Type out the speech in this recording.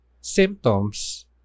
symptoms